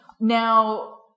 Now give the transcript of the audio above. Now